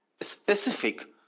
specific